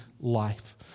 life